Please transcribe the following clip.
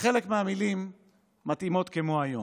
וחלק מהמילים מתאימות ליום כמו היום: